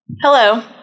Hello